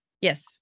Yes